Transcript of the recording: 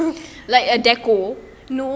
no